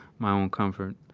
my own comfort.